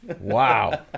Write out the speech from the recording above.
Wow